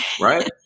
Right